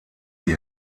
die